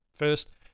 First